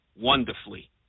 wonderfully